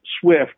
swift